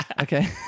okay